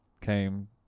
came